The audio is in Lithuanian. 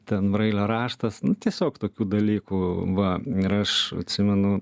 ten brailio raštas nu tiesiog tokių dalykų va ir aš atsimenu